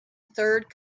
third